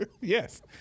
Yes